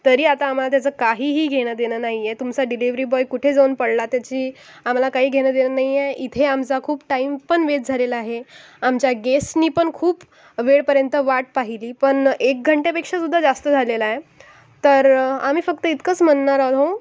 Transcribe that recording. तरी आता आम्हाला त्याचं काहीही घेणंदेणं नाही आहे तुमचा डिलिव्हरी बॉय कुठे जाऊन पडला त्याची आम्हाला काही घेणंदेणं नाही आहे इथे आमचा खूप टाईम पण वेस्ट झालेला आहे आमच्या गेस्टनी पण खूप वेळपर्यंत वाट पाहिली पण एक घंट्यापेक्षासुद्धा जास्त झालेला आहे तर आम्ही फक्त इतकंच म्हणणार आहोत